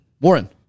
Warren